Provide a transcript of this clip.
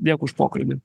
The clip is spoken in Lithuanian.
dėkui už pokalbį